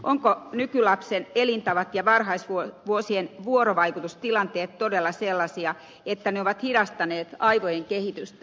ovatko nykylapsen elintavat ja varhaisvuosien vuorovaikutustilanteet todella sellaisia että ne ovat hidastaneet aivojen kehitystä